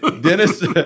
Dennis